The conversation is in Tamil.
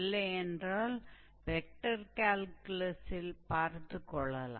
இல்லையென்றால் வெக்டர் கேல்குலஸில் பார்த்துக் கொள்ளலாம்